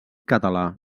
català